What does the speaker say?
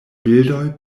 bildoj